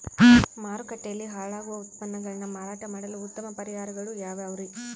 ಮಾರುಕಟ್ಟೆಯಲ್ಲಿ ಹಾಳಾಗುವ ಉತ್ಪನ್ನಗಳನ್ನ ಮಾರಾಟ ಮಾಡಲು ಉತ್ತಮ ಪರಿಹಾರಗಳು ಯಾವ್ಯಾವುರಿ?